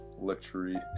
luxury